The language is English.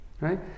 right